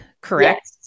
Correct